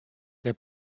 der